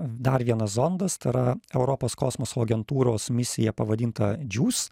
dar vienas zondas tai yra europos kosmoso agentūros misija pavadinta džiūs